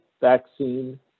vaccine